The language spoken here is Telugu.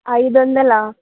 ఐదు వందలా